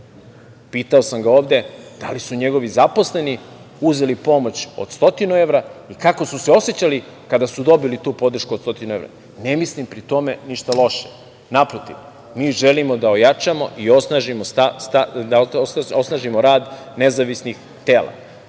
Pitao sam ga ovde da li su njegovi zaposleni uzeli pomoć od 100 evra i kako su se osećali kada su dobili tu podršku od 100 evra. Ne mislim, pri tome, ništa loše. Naprotiv, mi želimo da ojačamo i osnažimo rad nezavisnih tela.